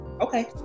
Okay